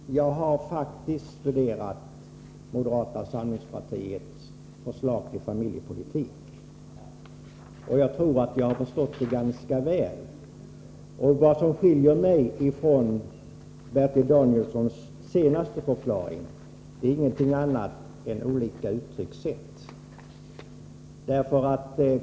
Fru talman! Jag har faktiskt studerat moderata samlingspartiets förslag till familjepolitik. Jag tror att jag har förstått det ganska väl. Vad som skiljer mitt uttalande från Bertil Danielssons senaste förklaring är ingenting annat än olika uttryckssätt.